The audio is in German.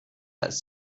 ist